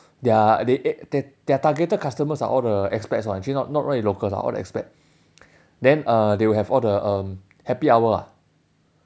their eh their their targeted customers are all the expats [one] actually not not many local ah all the expat then uh they will have all the um happy hour ah